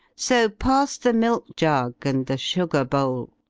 so pass the milk-jug and the sugar-bowl!